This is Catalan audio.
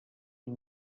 amb